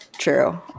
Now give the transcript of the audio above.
true